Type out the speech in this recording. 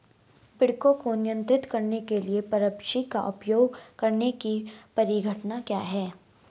पीड़कों को नियंत्रित करने के लिए परभक्षी का उपयोग करने की परिघटना क्या है?